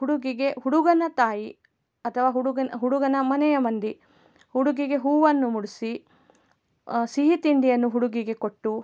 ಹುಡುಗಿಗೆ ಹುಡುಗನ ತಾಯಿ ಅಥವಾ ಹುಡುಗನ ಹುಡುಗನ ಮನೆಯ ಮಂದಿ ಹುಡುಗಿಗೆ ಹೂವನ್ನು ಮುಡಿಸಿ ಸಿಹಿ ತಿಂಡಿಯನ್ನು ಹುಡುಗಿಗೆ ಕೊಟ್ಟು